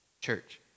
Church